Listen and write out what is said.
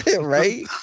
Right